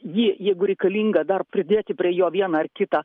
jį jeigu reikalinga dar pridėti prie jo vieną ar kitą